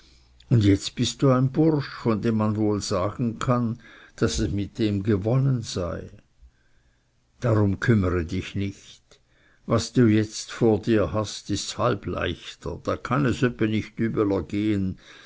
und jetzt bist ein bursch von dem man wohl sagen kann daß es mit dem gewonnen sei darum kümmere nicht was du jetzt vor dir hast ist ds halb leichter da kann es öppe nicht übeler gehen